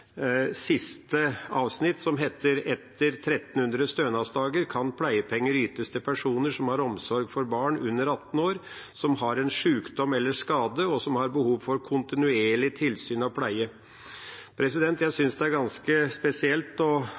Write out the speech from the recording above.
siste avsnitt, der det står: «Etter 1 300 stønadsdager kan pleiepenger ytes til personer som har omsorg for barn under 18 år som har en sykdom eller skade og som har behov for kontinuerlig tilsyn og pleie.» Jeg synes det er ganske spesielt